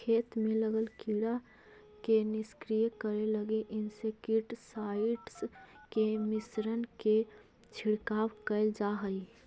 खेत में लगल कीड़ा के निष्क्रिय करे लगी इंसेक्टिसाइट्स् के मिश्रण के छिड़काव कैल जा हई